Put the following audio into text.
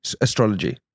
astrology